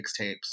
mixtapes